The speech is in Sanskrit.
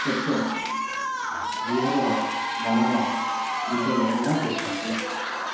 तस्य गृहकाः बालानां विद्यालयं न प्रेष्यन्ते